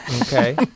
Okay